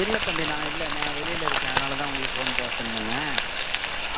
இல்லை தம்பி நான் இல்லை நான் வெளியில் இருக்கேன் அதனால் தான் உங்களுக்கு ஃபோன் ப ஃபோன் பண்ணேன்